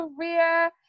career